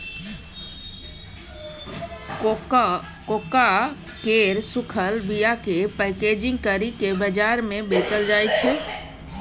cocoa केर सूखल बीयाकेँ पैकेजिंग करि केँ बजार मे बेचल जाइ छै